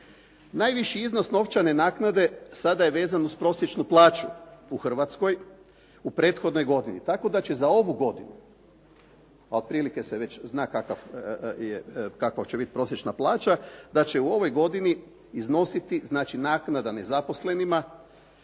Najviši iznos novčane naknade sada je vezan uz prosječnu plaću u Hrvatskoj u prethodnoj godini, tako da će za ovu godinu, a otprilike se već zna kakva će bit prosječna plaća da će u ovoj godini iznositi, znači naknada nezaposlenima